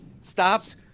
stops